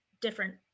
different